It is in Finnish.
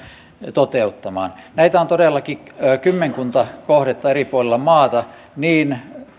toteuttamaan näitä on todellakin kymmenkunta kohdetta eri puolilla maata niin